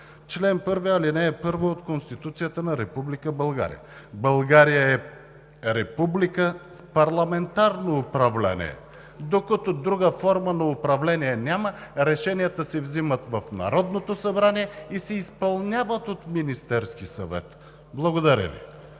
че чл. 1, ал. 1 от Конституцията на Република България е: „Чл. 1. (1) България е република с парламентарно управление.“ Докато друга форма на управление няма, решенията се вземат в Народното събрание и се изпълняват от Министерския съвет. Благодаря Ви.